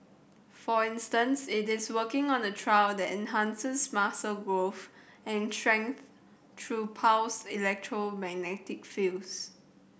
for instance it is working on a trial that enhances muscle growth and strength through pulsed electromagnetic fields